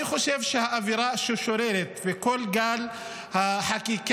אני חושב שהאווירה ששוררת וכל גל החקיקה,